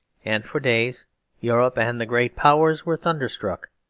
and for days europe and the great powers were thunderstruck,